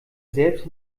selbst